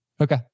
Okay